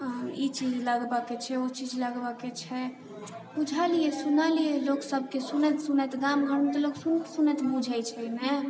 ई चीज लगबयके छै ओ चीज लगबयके छै बुझलियै सुनलियै लोकसभके सुनैत सुनैत गाम घरमे तऽ लोक सुनैत सुनैत बुझैत छै ने